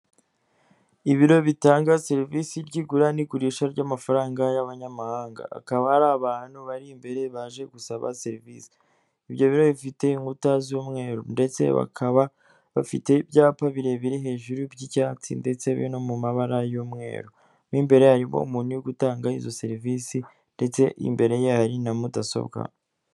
Ibiro bitanga serivisi ry'igura n'igurisha ry'amafaranga y'abanyamahanga hakaba hari abantu bari imbere baje gusaba serivisi, ibyo biro bifite inkuta z'umweru ndetse bakaba bafite ibyapa birebire hejuru by'icyatsi ndetse biri no mu mabara y'umweru, mo imbere harimo umuntu uri gutanga izo serivisi ndetse imbere ye hari na mudasobwa.